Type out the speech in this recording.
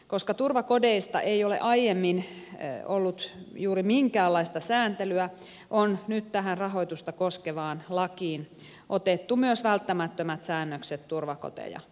koska turvakodeista ei ole aiemmin ollut juuri minkäänlaista sääntelyä on nyt tähän rahoitusta koskevaan lakiin otettu myös välttämättömät säännökset turvakoteja koskien